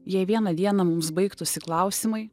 jei vieną dieną mums baigtųsi klausimai